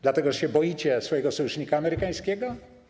Dlatego że się boicie swojego sojusznika amerykańskiego?